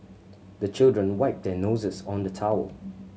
the children wipe their noses on the towel